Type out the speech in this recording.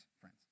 friends